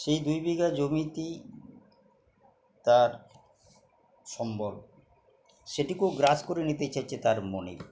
সেই দুই বিঘা জমিতে তার সম্ভব সেটিকেও গ্রাস করে নিতে চাইছে তার মনের